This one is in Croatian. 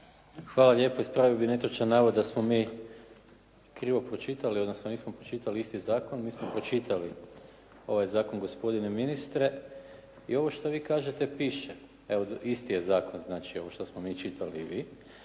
Hvala lijepa. Ispravio bih netočan navod da smo mi krivo pročitali odnosno nismo pročitali isti zakon. Mi smo pročitali ovaj zakon gospodine ministre i ovo što vi kažete piše. Evo isti je zakon znači ovo što smo mi čitali i vi,